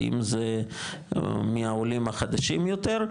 האם זה מהעולים החדשים יותר,